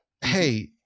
Hey